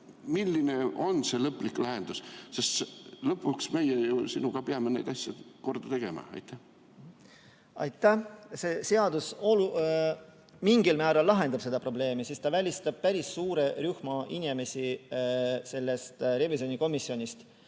Milline on see lõplik lahendus? Sest lõpuks meie sinuga peame ju need asjad korda tegema. See seadus mingil määral lahendab seda probleemi, sest ta välistab päris suure rühma inimesi revisjonikomisjonist.